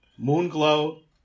Moonglow